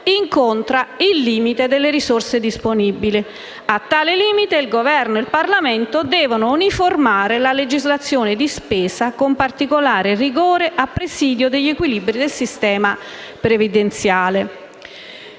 incontra il limite delle risorse disponibili. A tale limite il Governo e il Parlamento devono uniformare la legislazione di spesa, con particolare rigore a presidio degli equilibri del sistema previdenziale";